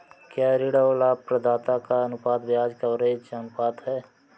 क्या ऋण और लाभप्रदाता का अनुपात ब्याज कवरेज अनुपात है?